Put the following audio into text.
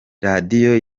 radio